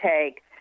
take